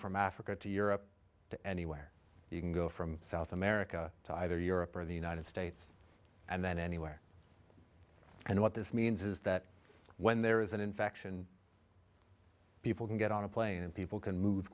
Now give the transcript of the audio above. from africa to europe to anywhere you can go from south america to either europe or the united states and then anywhere and what this means is that when there is an infection people can get on a plane and people can move